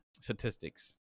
statistics